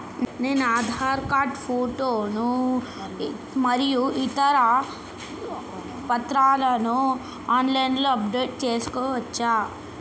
నేను Aadhaar card photo మరియు ఇతర పత్రాలను ఆన్ లైన్ అప్ డెట్ చేసుకోవచ్చా?